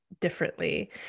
differently